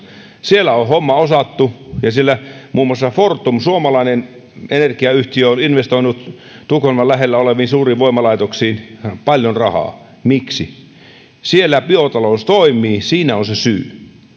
siellä on homma osattu ja siellä muun muassa fortum suomalainen energiayhtiö on investoinut tukholman lähellä oleviin suuriin voimalaitoksiin paljon rahaa miksi siellä biotalous toimii siinä on se syy